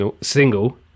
single